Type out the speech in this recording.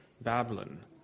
Babylon